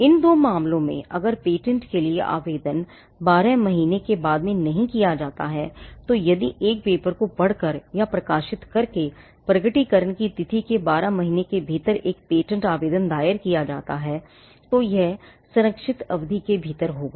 इन दो मामलों में अगर पेटेंट के लिए आवेदन बारह महीने से बाद में नहीं किया जाता है तो यदि एक पेपर को पढ़कर या प्रकाशित करके प्रकटीकरण की तिथि के बारह महीने के भीतर एक पेटेंट आवेदन दायर किया जाता है तो यह संरक्षित अवधि के भीतर होगा